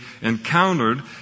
encountered